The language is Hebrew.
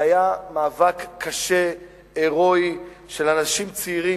זה היה מאבק קשה, הירואי, של אנשים צעירים,